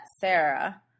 Sarah